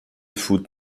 foot